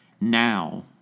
Now